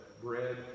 bread